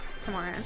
tomorrow